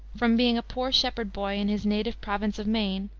from being a poor shepherd boy in his native province of maine,